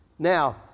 Now